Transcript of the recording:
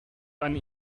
eine